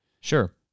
Sure